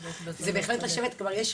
יש פה.